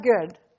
good